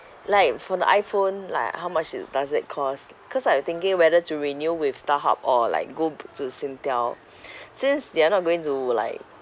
like for the iphone like how much it does it cost cause I was thinking whether to renew with starhub or like go to singtel since they are not going to like